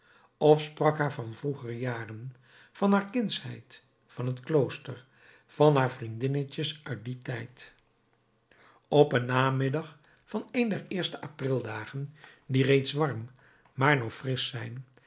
of sprak haar van vroegere jaren van haar kindsheid van het klooster van haar vriendinnetjes uit dien tijd op een namiddag van een der eerste aprildagen die reeds warm maar nog frisch zijn